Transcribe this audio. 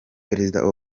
perezida